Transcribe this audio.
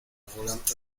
volanta